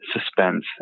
suspense